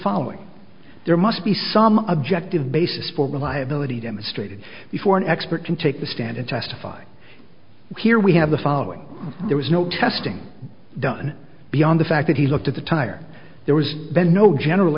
following there must be some objective basis for reliability demonstrated before an expert can take the stand and testify here we have the following there was no testing done beyond the fact that he looked at the tire there was no general